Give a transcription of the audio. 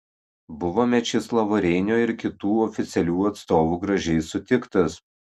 buvo mečislovo reinio ir kitų oficialių atstovų gražiai sutiktas